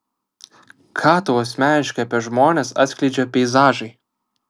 ką tau asmeniškai apie žmones atskleidžia peizažai